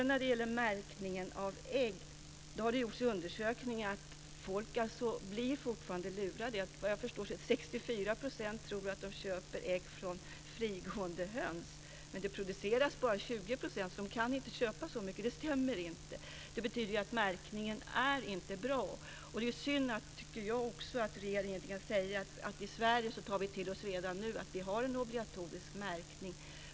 När det gäller märkningen av ägg har det gjorts undersökningar. Folk blir fortfarande lurade. Såvitt jag förstår är det 64 % som tror sig köpa ägg från frigående höns. Men det produceras bara 20 % sådana ägg, så man kan inte köpa så mycket. Det stämmer alltså inte. Detta betyder att märkningen inte är bra. Sedan tycker jag också att det är synd att regeringen inte kan säga att vi i Sverige redan nu tar till oss att vi har en obligatorisk märkning.